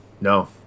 no